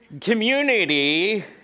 Community